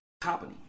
company